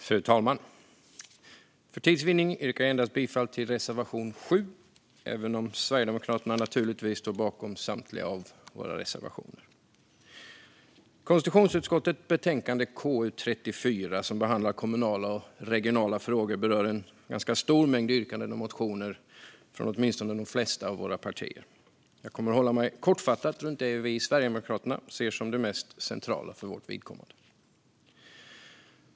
Fru talman! För tids vinning yrkar jag endast bifall till reservation 7, även om vi sverigedemokrater naturligtvis står bakom samtliga våra reservationer. Konstitutionsutskottets betänkande KU34, som behandlar kommunala och regionala frågor, berör en ganska stor mängd yrkanden och motioner från åtminstone de flesta av våra partier. Jag kommer att hålla mig kortfattad runt det som vi i Sverigedemokraterna ser som det mest centrala för vårt vidkommande.